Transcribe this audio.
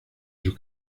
sus